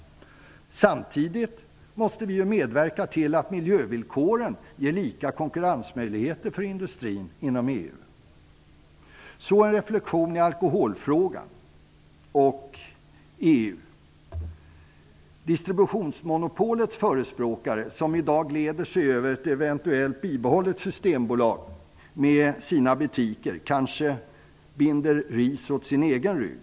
Samtidigt måste vi medverka till att miljövillkoren ger lika konkurrensmöjligheter för industrin inom Låt mig sedan göra en reflexion när det gäller alkoholfrågan och EU. Distributionsmonopolets förespråkare, som i dag gläder sig över ett eventuellt bibehållet Systembolag och dess butiker, binder kanske ris åt sin egen rygg.